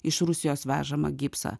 iš rusijos vežamą gipsą